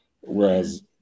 Whereas